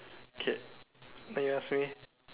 okay then you ask me